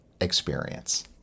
Experience